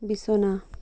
বিছনা